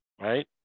right